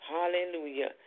Hallelujah